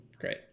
Great